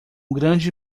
grande